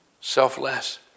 selfless